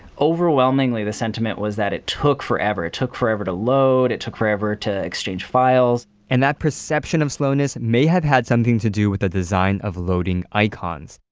overwhelmingly, the sentiment was that it took forever. it took forever to load. it took forever to exchange files and that perception of slowness may have had something to do with the design of loading icons.